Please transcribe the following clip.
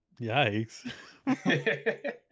Yikes